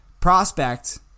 prospect